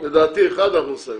לדעתי, עוד דיון אחד אנחנו נסיים.